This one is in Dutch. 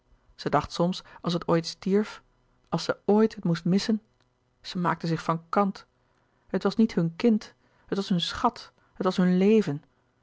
zij dacht soms als het ooit stierf als zij ooit het moest missen zij maakte zich van kant het was niet hun kind het was hun schat het was hun leven